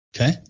Okay